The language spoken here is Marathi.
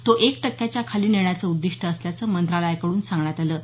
तो एक टक्क्याच्या खाली नेण्याचं उद्दीष्ट असल्याचं मंत्रालयाकडून सांगण्यात आलं आहे